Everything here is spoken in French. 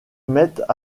mettent